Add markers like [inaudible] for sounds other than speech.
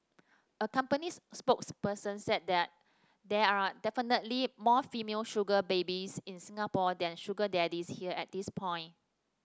a company's spokesperson said [unintelligible] there are definitely more female sugar babies in Singapore than sugar daddies here at this point